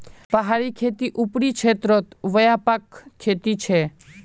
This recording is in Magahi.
पहाड़ी खेती ऊपरी क्षेत्रत व्यापक खेती छे